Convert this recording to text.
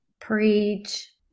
Preach